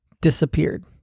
disappeared